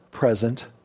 present